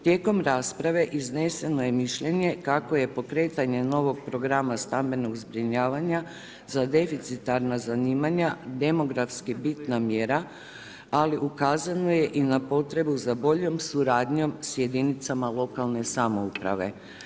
Tijekom rasprave izneseno je mišljenje kako je pokretanje novog programa stambenog zbrinjavanja za deficitarna zanimanja demografski bitna mjera, ali ukazano je i na potrebu za boljom suradnjom s jedinicama lokalne samouprave.